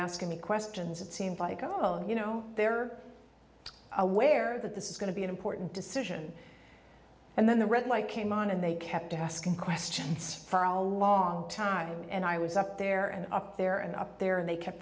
asking me questions it seemed like oh you know they're aware that this is going to be an important decision and then the red light came on and they kept asking questions for a long time and i was up there and up there and up there and they kept